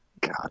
God